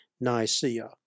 Nicaea